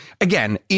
again